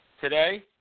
today